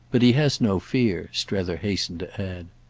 but he has no fear, strether hastened to add.